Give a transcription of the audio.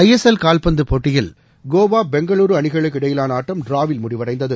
ISL கால்பந்து போட்டியில் கோவா பெங்களூரு அணிகளுக்கு இடையிலான ஆட்டம் ட்ராவில் முடிவடைந்தது